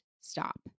stop